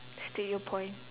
state your point